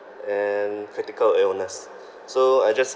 and critical illness so I just